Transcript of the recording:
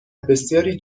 بسیاری